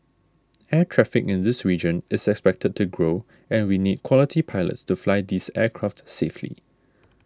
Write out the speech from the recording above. air traffic in this region is expected to grow and we need quality pilots to fly these aircraft safely